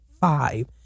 five